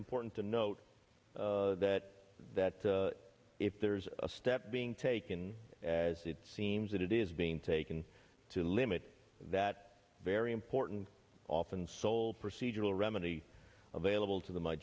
important to note that that if there is a step being taken as it seems that it is being taken to limit that very important often sole procedural remedy available to the